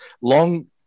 long